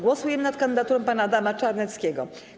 Głosujemy nad kandydaturą pana Adama Czarneckiego.